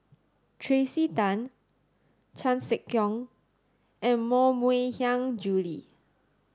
Tracey Tan Chan Sek Keong and Moh Mui Hiang Julie